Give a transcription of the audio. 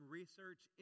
Research